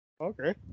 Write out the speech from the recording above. Okay